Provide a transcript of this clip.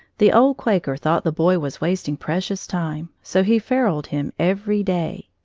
the old quaker thought the boy was wasting precious time, so he feruled him every day.